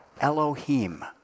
Elohim